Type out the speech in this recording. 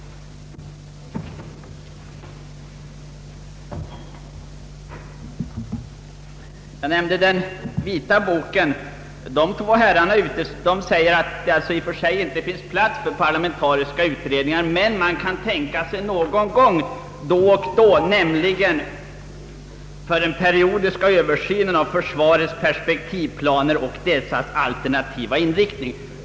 Jag nämnde den vita boken. Dess författare säger att det i och för sig inte finns plats för parlamentariska utredningar, men man kan tänka sig sådana någon gång då och då, nämligen för den periodiska översynen av försvarets perspektivplaner och dessas alternativa inriktning.